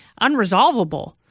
unresolvable